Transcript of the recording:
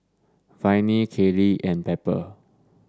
Viney Kailey and Pepper